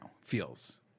feels